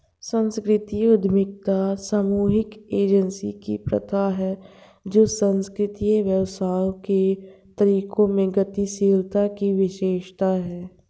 सांस्कृतिक उद्यमिता सामूहिक एजेंसी की प्रथा है जो सांस्कृतिक व्यवसायों के तरीकों में गतिशीलता की विशेषता है